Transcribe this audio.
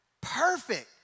Perfect